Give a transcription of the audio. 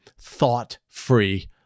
thought-free